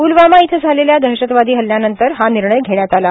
प्लवामा इथं झालेल्या दहशतवादी हल्ल्यानंतर हा निर्णय धेण्यात आला